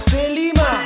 Selima